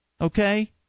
okay